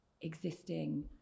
existing